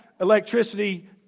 electricity